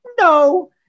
No